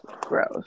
gross